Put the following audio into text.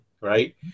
Right